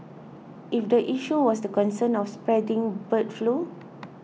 if the issue was the concern of spreading bird flu